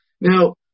Now